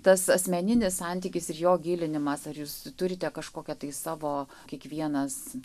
tas asmeninis santykis ir jo gilinimas ar jūs turite kažkokią tai savo kiekvienas